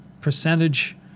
percentage